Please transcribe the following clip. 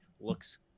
looks